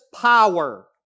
Power